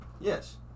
Yes